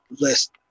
list